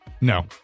No